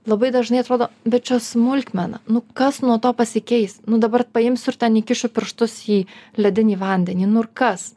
labai dažnai atrodo bet čia smulkmena nu kas nuo to pasikeis nu dabar paimsiu ir ten įkišu pirštus į ledinį vandenį nu ir kas